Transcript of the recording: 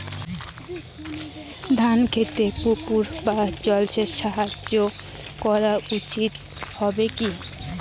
ধান খেতে পুকুর বা জলাশয়ের সাহায্যে জলসেচ করা উচিৎ হবে কি?